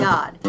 God